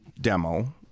demo